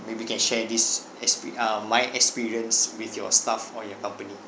maybe can share this expe~ um my experience with your staff or your company